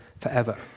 forever